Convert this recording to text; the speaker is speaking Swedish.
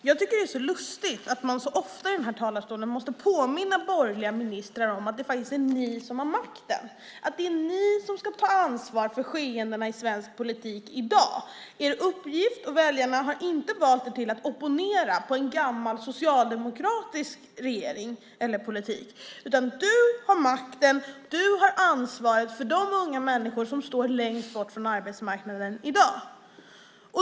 Fru talman! Det är lustigt att man så ofta i denna talarstol måste påminna er borgerliga ministrar om att det faktiskt är ni som har makten och att det är ni som ska ta ansvar för skeendena i svensk politik i dag. Väljarna har inte valt er för att opponera på en gammal socialdemokratisk regering eller politik. Du, Sven Otto Littorin, har makten. Du har ansvaret för de unga människor som står längst bort från arbetsmarknaden i dag.